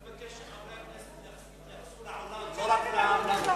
אני מבקש שחברי הכנסת יתייחסו לעולם, לא רק לארץ.